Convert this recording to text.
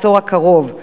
בעשור הקרוב,